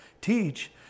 teach